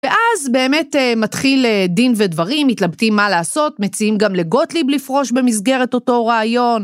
ואז באמת מתחיל דין ודברים, מתלבטים מה לעשות, מציעים גם לגוטליב לפרוש במסגרת אותו רעיון.